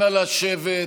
אנא, לשבת.